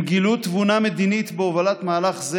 הם גילו תבונה מדינית בהובלת מהלך זה,